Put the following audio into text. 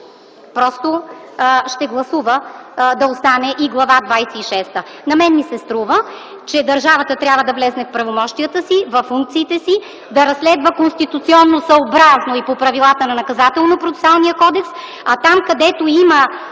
просто ще гласува да остане и Глава двадесет и шеста. На мен ми се струва, че държавата трябва да влезе в правомощията си, във функциите си, да разследва конституционосъобразно и по правилата на Наказателно-процесуалния кодекс. А там, където има